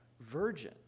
virgin